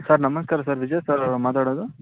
sir ನಮಸ್ಕಾರ sir Vijay sir ಅವರಾ ಮಾತಾಡೋದು